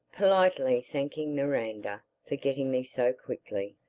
politely thanking miranda for getting me so quickly,